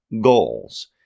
goals